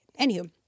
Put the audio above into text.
Anywho